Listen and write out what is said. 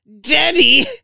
daddy